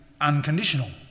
Unconditional